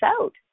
out